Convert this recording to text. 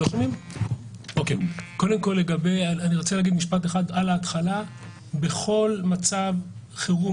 אני רוצה להגיד משפט אחד על ההתחלה: בכל מצב חירום,